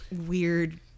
weird